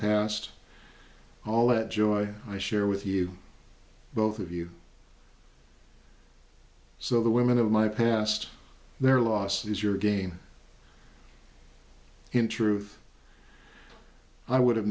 past all that joy i share with you both of you so the women of my past their loss is your game in truth i would have